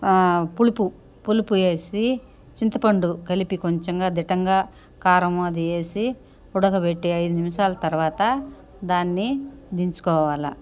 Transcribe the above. పులుపు పులుపుయేసి చింతపండు కలిపి కొంచెంగా దిట్టంగా కారము అది వేసి ఉడకబెట్టి ఐదు నిమిషాల తర్వాత దాన్ని దించుకోవాలి